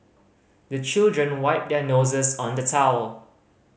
the children wipe their noses on the towel